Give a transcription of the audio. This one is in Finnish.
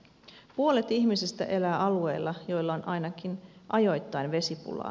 puolet ihmisistä elää alueilla joilla on ainakin ajoittain vesipulaa